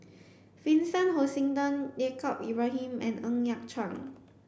Vincent Hoisington Yaacob Ibrahim and Ng Yat Chuan